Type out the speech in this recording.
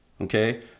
Okay